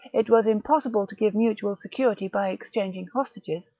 it was im possible to give mutual security by exchanging hostages,